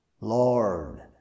Lord